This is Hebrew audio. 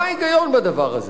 מה ההיגיון בדבר הזה?